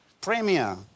premier